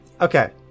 Okay